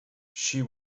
she